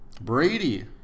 Brady